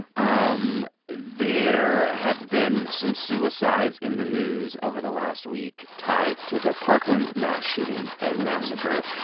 um there have been some suicides in the news over the last week tied to the parkland mass shooting and massacre.